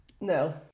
No